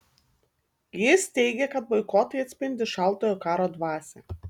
jis teigė kad boikotai atspindi šaltojo karo dvasią